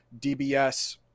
DBS